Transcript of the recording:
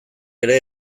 ere